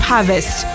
Harvest